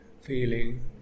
Feeling